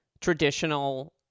traditional